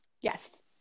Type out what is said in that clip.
Yes